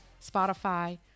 Spotify